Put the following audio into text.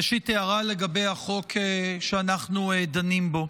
ראשית הערה לגבי החוק שאנחנו דנים בו: